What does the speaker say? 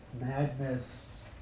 madness